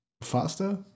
faster